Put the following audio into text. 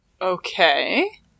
Okay